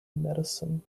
medicine